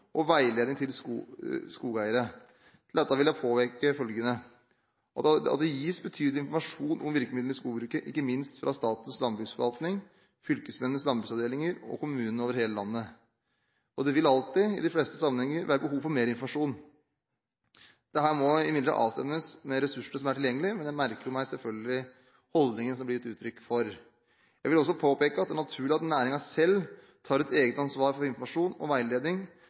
og veiledning til skogeiere. Til dette vil jeg påpeke følgende: Det gis betydelig informasjon om virkemidlene i skogbruket, ikke minst fra Statens landbruksforvaltning, fylkesmennenes landbruksavdelinger og kommuner over hele landet. Det vil alltid, i de fleste sammenhenger, være behov for mer informasjon. Det må imidlertid avstemmes med de ressursene som er tilgjengelige. Men jeg merker meg selvfølgelig holdningen som det blir gitt uttrykk for. Jeg vil også påpeke at det er naturlig at næringen selv tar et eget ansvar for informasjon og veiledning,